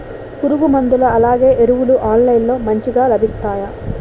పురుగు మందులు అలానే ఎరువులు ఆన్లైన్ లో మంచిగా లభిస్తాయ?